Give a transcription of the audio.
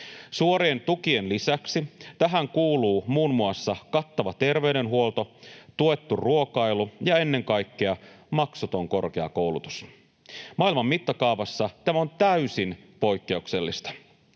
Suorien tukien lisäksi tähän kuuluvat muun muassa kattava terveydenhuolto, tuettu ruokailu ja ennen kaikkea maksuton korkeakoulutus. Maailman mittakaavassa tämä on täysin poikkeuksellista.